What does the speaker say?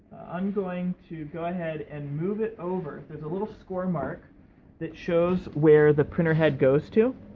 i'm going to go ahead and move it over. there's a little score mark that shows where the printer head goes to,